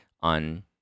on